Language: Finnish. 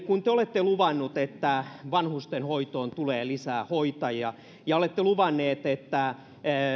te olette luvannut että vanhustenhoitoon tulee lisää hoitajia ja olette luvannut että